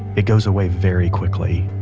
it goes away very quickly.